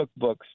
cookbooks